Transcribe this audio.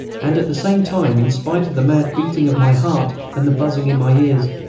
and at the same time, in spite of the mad beating of my heart and the buzzing in my ears,